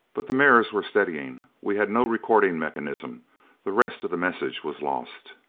but the mirrors were steadying. we had no recording mechanism the rest of the message was lost.